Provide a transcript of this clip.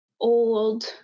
old